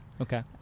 Okay